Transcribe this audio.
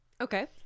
Okay